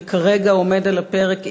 וכרגע עומד על הפרק,